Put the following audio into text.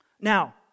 Now